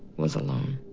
was alone.